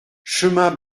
chemin